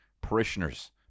parishioners